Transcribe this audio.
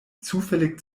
zufällig